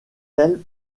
elles